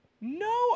no